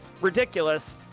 ridiculous